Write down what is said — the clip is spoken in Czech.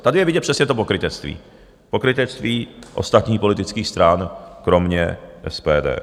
Tady je vidět přesně to pokrytectví, pokrytectví ostatních politických stran kromě SPD.